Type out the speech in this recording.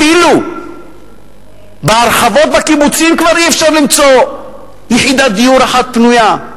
שאפילו בהרחבות בקיבוצים כבר אי-אפשר למצוא יחידת דיור אחת פנויה,